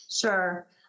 Sure